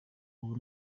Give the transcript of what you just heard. ubu